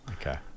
Okay